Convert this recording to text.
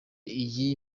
iyi